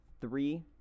three